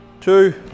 two